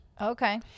Okay